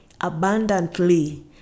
abundantly